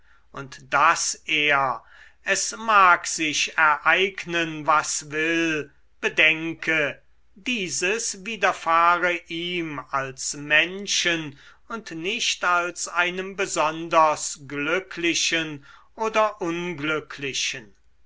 und daß er es mag sich ereignen was will bedenke dieses widerfahre ihm als menschen und nicht als einem besonders glücklichen oder unglücklichen